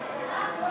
ועל מה